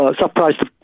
surprised